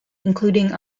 including